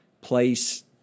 place